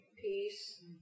peace